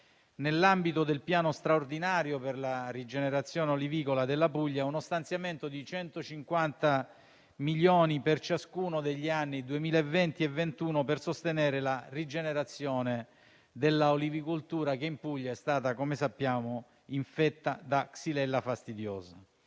nell'ambito del piano straordinario per la rigenerazione olivicola della Puglia, uno stanziamento di 150 milioni per ciascuno degli anni 2020 e 2021, per sostenere la rigenerazione della olivicoltura, che in Puglia è stata - come sappiamo - infetta da xylella fastidiosa.